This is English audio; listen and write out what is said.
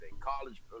College